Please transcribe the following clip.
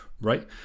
right